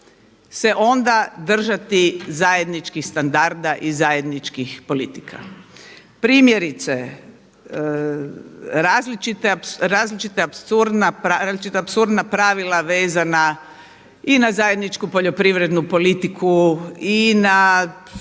se onda držati zajedničkih standarda i zajedničkih politika. Primjerice različita apsurdna pravila vezana i na zajedničku poljoprivrednu politiku i na